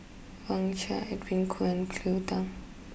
Wang Sha Edwin Koo and Cleo Thang